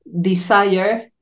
desire